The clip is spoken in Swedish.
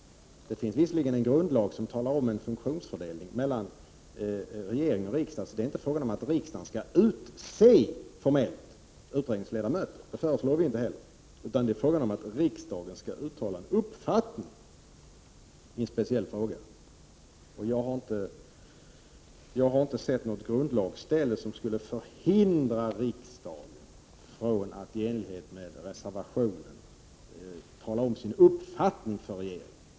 I grundlagen anges visserligen en funktionsfördelning mellan regering och riksdag, så det är inte fråga om att riksdagen formellt skall utse utredningsledamöter. Det föreslår vi inte heller, utan vad vi föreslår är att riksdagen skall uttala en uppfattning i en speciell fråga. Jag har inte sett något ställe i grundlagen som skulle förhindra riksdagen att i enlighet med reservationen tala om sin uppfattning för regeringen.